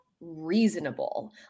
reasonable